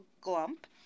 Glump